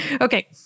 okay